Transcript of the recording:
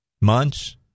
months